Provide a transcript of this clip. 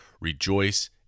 rejoice